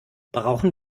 brauchen